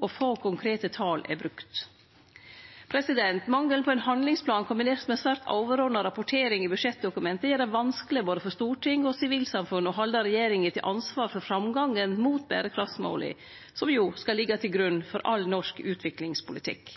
og få konkrete tal er brukt. Mangelen på ein handlingsplan kombinert med svært overordna rapportering i budsjettdokumenta gjer det vanskeleg for både storting og sivilsamfunn å halde regjeringa til ansvar for framgangen mot berekraftsmåla, som jo skal liggje til grunn for all norsk utviklingspolitikk.